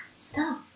stop